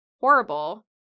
horrible